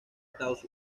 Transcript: estados